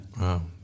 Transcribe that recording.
wow